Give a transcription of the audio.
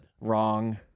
Wrong